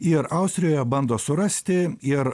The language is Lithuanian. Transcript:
ir austrijoje bando surasti ir